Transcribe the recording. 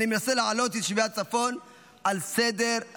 אני מנסה להעלות את יישובי הצפון על סדר-היום,